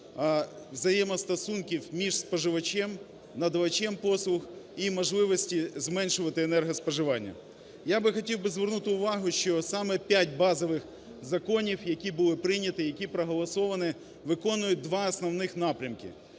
взаємостосунків між споживачем, надавачем послуг і можливості зменшувати енергоспоживання. Я би хотів би звернути увагу, що саме п'ять базових законів, які були прийняті, які були проголосовані, виконують два основних напрямки.